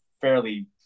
fairly